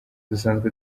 dusanzwe